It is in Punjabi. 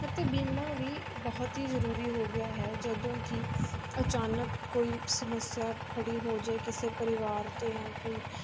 ਅਤੇ ਬੀਮਾ ਵੀ ਬਹੁਤ ਹੀ ਜ਼ਰੂਰੀ ਹੋ ਗਿਆ ਹੈ ਜਦੋਂ ਕਿ ਅਚਾਨਕ ਕੋਈ ਸਮੱਸਿਆ ਖੜ੍ਹੀ ਹੋ ਜਾਏ ਕਿਸੇ ਪਰਿਵਾਰ 'ਤੇ ਜਾਂ ਕੋਈ